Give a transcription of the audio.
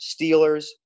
Steelers